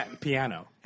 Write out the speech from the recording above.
piano